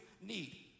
need